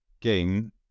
game